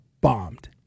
bombed